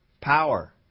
power